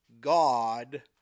God